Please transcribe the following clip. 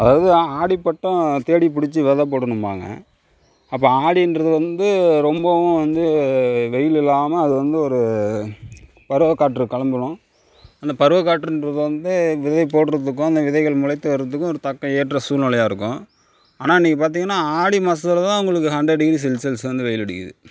அதாவது ஆடி பட்டம் தேடி பிடிச்சி வெதை போடணும்பாங்க அப்போ ஆடின்றது வந்து ரொம்பவும் வந்து வெயிலில்லாமல் அது வந்து ஒரு பருவக்காற்று கிளம்பணும் அந்த பருவ காற்றுன்றது வந்து விதை போடுறதுக்கும் அந்த விதைகள் முளைத்து வரதுக்கும் ஒரு தக்க ஏற்ற சூழ்நிலையா இருக்கும் ஆனால் இன்னைக்கி பார்த்திங்ன்னா ஆடி மாசத்தில்தான் உங்களுக்கு ஹண்ட்ரட் டிகிரி செல்சியஸ் வந்து வெயில் அடிக்குது